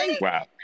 Wow